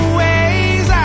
ways